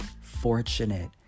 fortunate